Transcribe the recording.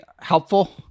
helpful